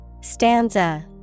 Stanza